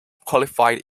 qualified